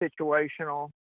situational